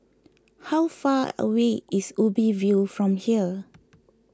how far away is Ubi View from here